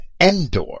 endor